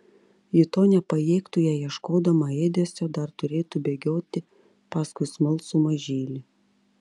ji to nepajėgtų jei ieškodama ėdesio dar turėtų bėgioti paskui smalsų mažylį